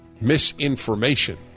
misinformation